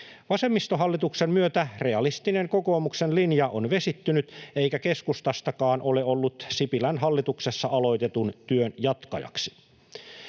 Vasemmistohallituksen myötä realistinen kokoomuksen linja on vesittynyt, eikä keskustastakaan ole ollut Sipilän hallituksessa aloitetun työn jatkajaksi.